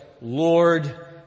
Lord